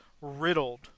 riddled